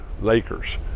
Lakers